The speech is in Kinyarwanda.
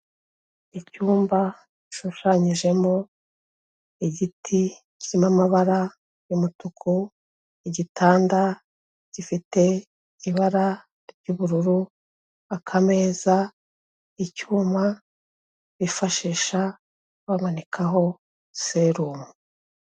Icyumba gishushanyijemo igiti kirimo amabara y'umutuku, igitanda gifite ibara ry'ubururu, akameza, icyuma bifashisha bamanikaho serumu.